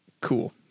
cool